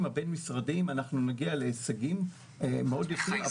הבין משרדיים נגיע להישגים מאוד יפים.